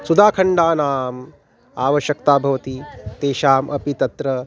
सुदाखण्डानाम् आवश्यकता भवति तेषाम् अपि तत्र